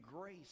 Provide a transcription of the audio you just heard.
grace